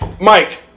Mike